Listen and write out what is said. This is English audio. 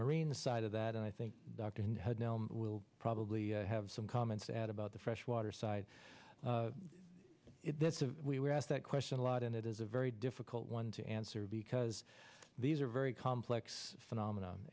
marine side of that and i think dr will probably have some comments to add about the freshwater side we were asked that question a lot and it is a very difficult one to answer because these are very complex phenomen